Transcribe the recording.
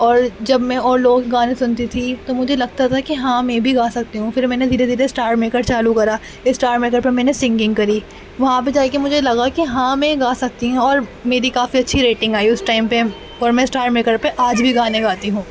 اور جب میں اور لوگ گانے سنتی تھی تو مجھے لگتا تھا کہ ہاں میں بھی گا سکتی ہوں پھر میں نے دھیرے دھیرے اسٹار میکر چالو کرا اسٹار میکر پہ میں نے سنگنگ کری وہاں پہ جا کے مجھے لگا کہ ہاں میں گا سکتی ہوں اور میری کافی اچھی ریٹنگ آئی اس ٹائم پہ اور میں اسٹار میکر پہ آج بھی گانے گاتی ہوں